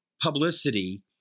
publicity